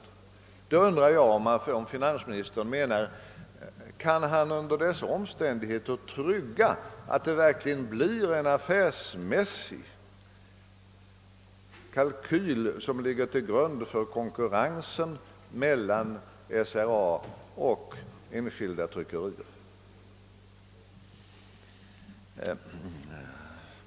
Mot den bakgrunden undrar jag, om finansministern kan tycka att det verkligen blir en affärsmässig kalkyl som ligger till grund för konkurrensen mellan SRA och enskilda tryckerier.